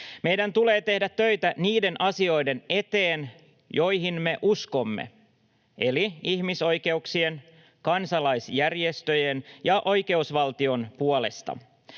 Meidän tulee tehdä töitä niiden asioiden eteen, joihin me uskomme, eli ihmisoikeuksien, kansalaisjärjestöjen ja oikeusvaltion puolesta.